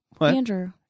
Andrew